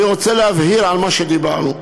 אני רוצה להבהיר לגבי מה שדיברנו.